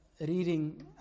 reading